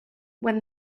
when